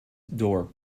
door